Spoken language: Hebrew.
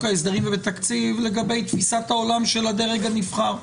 ההסדרים ובתקציב לגבי תפיסת העולם של הדרג הנבחר.